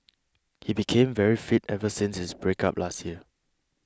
he became very fit ever since his breakup last year